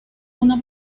una